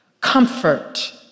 Comfort